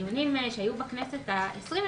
בדיונים שהיו בכנסת ה-20,